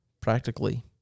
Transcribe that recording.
Practically